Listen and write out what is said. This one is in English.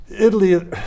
Italy